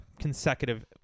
consecutive